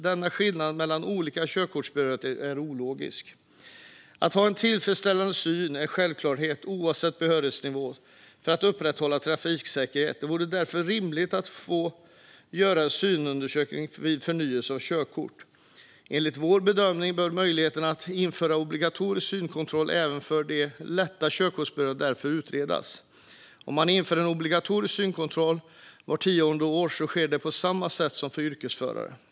Denna skillnad mellan olika körkortsbehörigheter är ologisk. Att ha en tillfredsställande syn är en självklarhet, oavsett behörighetsnivå, för att upprätthålla trafiksäkerheten. Det vore därför rimligt att göra en synundersökning vid förnyelse av körkort. Enligt vår bedömning bör möjligheten att införa en obligatorisk synkontroll även för de lägre körkortsbehörigheterna utredas. Om man inför en obligatorisk synkontroll vart tionde år blir det på samma sätt som för yrkesförare.